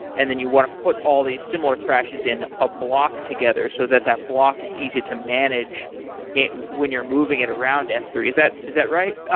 and then you want to put all these similar crashes in a block together so that that block is easy to manage when you're moving it around s three. is that is that right?